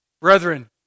Brethren